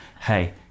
hey